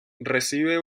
recibe